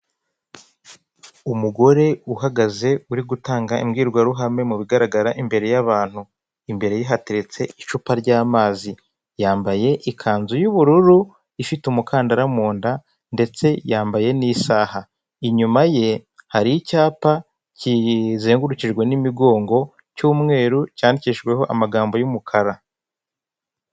Umugore uhagaze uri gutanga imbwirwaruhame mu bigaragara imbere y'abantu, imbere ye hateretse icupa ry'amazi, yambaye ikanzu y'ubururu ifite umukandara mu nda ndetse yambaye n'isaha, inyuma ye hari icyapa kizengurukijwe n'imigongo cy'umweru cyandikijweho amagambo y'umukara.